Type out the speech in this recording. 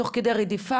תוך כדי רדיפה,